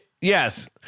Yes